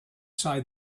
say